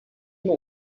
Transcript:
more